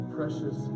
Precious